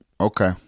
okay